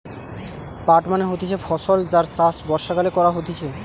পাট মানে হতিছে ফসল যার চাষ বর্ষাকালে করা হতিছে